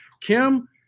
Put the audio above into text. Kim